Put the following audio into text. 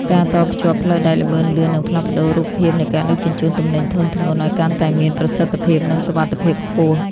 ការតភ្ជាប់ផ្លូវដែកល្បឿនលឿន នឹងផ្លាស់ប្តូររូបភាពនៃការដឹកជញ្ជូនទំនិញធុនធ្ងន់ឱ្យកាន់តែមានប្រសិទ្ធភាព និងសុវត្ថិភាពខ្ពស់។